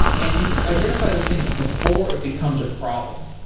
and you identify those things before it becomes a problem.